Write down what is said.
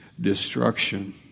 destruction